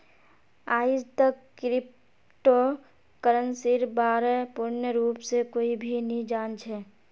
आईजतक क्रिप्टो करन्सीर बा र पूर्ण रूप स कोई भी नी जान छ